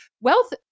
wealth